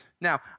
Now